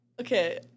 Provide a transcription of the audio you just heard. Okay